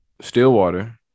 Stillwater